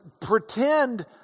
pretend